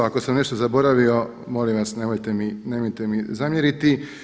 Ako sam nešto zaboravio molim vas nemojte mi zamjeriti.